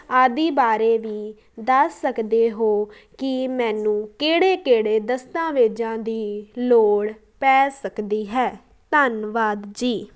ਆਦਿ ਬਾਰੇ ਵੀ ਦੱਸ ਸਕਦੇ ਹੋ ਕਿ ਮੈਨੂੰ ਕਿਹੜੇ ਕਿਹੜੇ ਦਸਤਾਵੇਜ਼ਾਂ ਦੀ ਲੋੜ ਪੈ ਸਕਦੀ ਹੈ ਧੰਨਵਾਦ ਜੀ